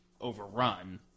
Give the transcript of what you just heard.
overrun